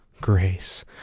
grace